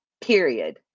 Period